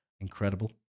Incredible